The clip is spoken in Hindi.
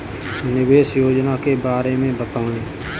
निवेश योजना के बारे में बताएँ?